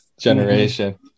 generation